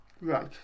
Right